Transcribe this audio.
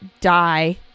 die